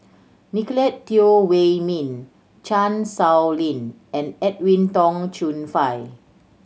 Nicolette Teo Wei Min Chan Sow Lin and Edwin Tong Chun Fai